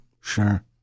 Sure